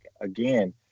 again